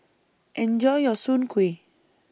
Enjoy your Soon Kueh